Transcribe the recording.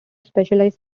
specialized